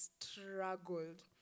struggled